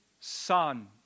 son